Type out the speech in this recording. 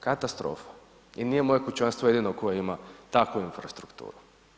Katastrofa, i nije moje kućanstvo jedino koje ima takvu infrastrukturu.